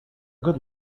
good